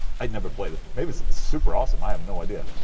i've never played it, maybe it's super awesome, i have no idea.